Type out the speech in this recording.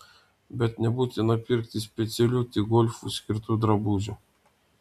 bet nebūtina pirkti specialių tik golfui skirtų drabužių